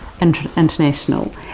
international